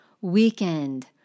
weekend